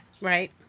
Right